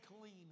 clean